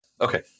Okay